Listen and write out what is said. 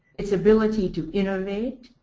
its ability to innovate,